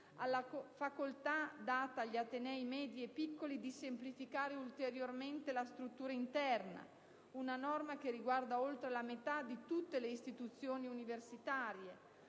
alla facoltà data agli atenei medi e piccoli di semplificare ulteriormente la struttura interna, una norma che riguarda oltre la metà di tutte le istituzioni universitarie;